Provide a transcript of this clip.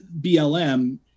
blm